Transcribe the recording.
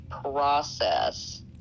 process